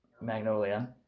magnolia